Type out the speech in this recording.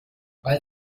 weil